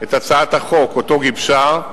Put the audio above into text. את הצעת החוק שאותה גיבשה,